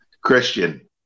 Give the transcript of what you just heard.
Christian